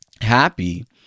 happy